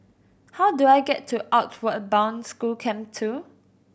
how do I get to Outward Bound School Camp Two